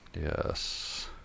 yes